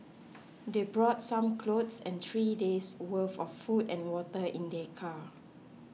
they brought some clothes and three days worth of food and water in their car